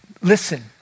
Listen